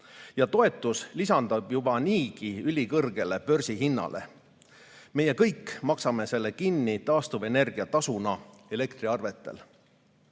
ja toetus lisandub juba niigi ülikõrgele börsihinnale. Meie kõik maksame selle kinni taastuvenergia tasuna elektriarvetel.